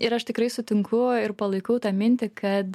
ir aš tikrai sutinku ir palaikau tą mintį kad